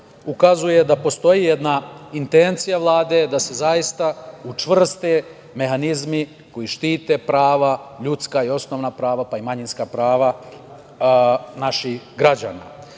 ukazuje da postoji jedna intencija Vlade da se zaista učvrste mehanizmi koji štite ljudska prava i osnovna prava, pa i manjinska prava naših